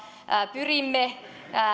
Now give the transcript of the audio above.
pyrimme